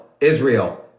Israel